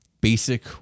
basic